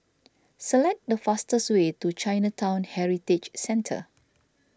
select the fastest way to Chinatown Heritage Centre